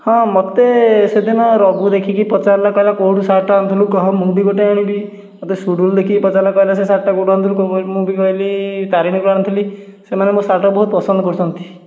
ହଁ ମୋତେ ସେଦିନ ରଘୁ ଦେଖିକି ପଚାରିଲା କହିଲା କେଉଁଠୁ ସାର୍ଟଟା ଆଣିଥିଲୁ କହ ମୁଁ ବି ଗୋଟେ ଆଣିବି ମୋତେ ସୁଡ଼ୁଲ ଦେଖିକି ପଚାରିଲା କହିଲା ସେ ସାର୍ଟଟା କେଉଁଠୁ ଆଣିଥିଲୁ ମୁଁ ବି କହିଲି ତାରିଣୀରୁ ଆଣିଥିଲି ସେମାନେ ମୋ ସାର୍ଟଟା ବହୁତ ପସନ୍ଦ କରୁଛନ୍ତି